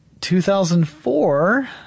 2004